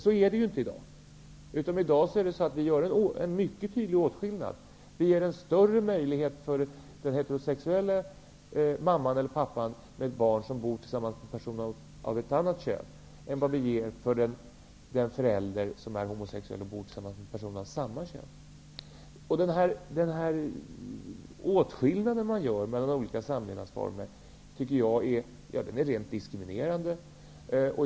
Så är det inte i dag, utan det görs en mycket tydlig åtskillnad. Vi ger större möjlighet för den heterosexuella mamman eller pappan som bor tillsammans med en person av ett annat kön än för den förälder som är homosexuell och bor tillsammans med en person av samma kön. Den här åtskillnaden mellan olika samlevnadsformer är rent diskriminerande.